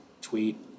tweet